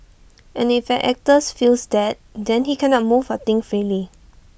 and if an actors feels that then he cannot move or think freely